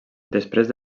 després